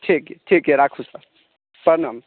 ठीक यए राखू तऽ प्रणाम